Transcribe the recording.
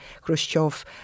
Khrushchev